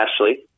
Ashley